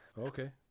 Okay